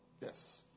Yes